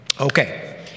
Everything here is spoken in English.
Okay